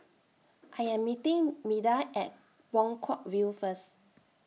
I Am meeting Meda At Buangkok View First